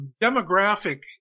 demographic